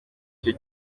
cyo